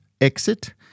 exit